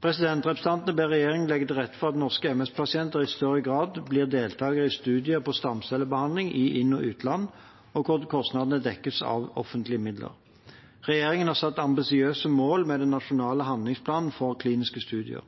Representantene ber regjeringen legge til rette for at norske MS-pasienter i større grad blir deltakere i studier på stamcellebehandling i inn- og utland, og at kostnadene dekkes av offentlige midler. Regjeringen har satt ambisiøse mål med den nasjonale handlingsplanen for kliniske studier.